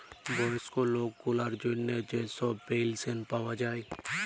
বয়স্ক লক গুলালের জ্যনহে যে ছব পেলশল পাউয়া যায়